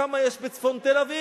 כמה יש בצפון תל-אביב?